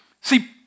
See